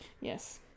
Yes